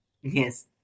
Yes